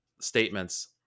statements